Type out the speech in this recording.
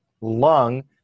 lung